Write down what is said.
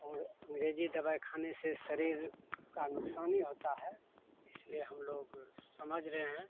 और अँग्रेजी दवाई खाने से शरीर का नुकसानी होता है इसलिए हम लोग समझ रहे हैं